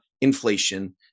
inflation